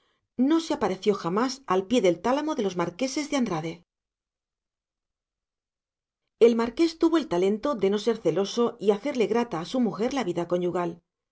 no se apareció jamás al pie del tálamo de los marqueses de andrade el marqués tuvo el talento de no ser celoso y hacerle grata a su mujer la vida conyugal